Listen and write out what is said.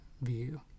view